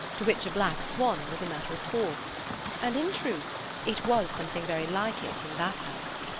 to which a black swan was a matter of course and in truth it was something very like it in that house.